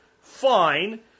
Fine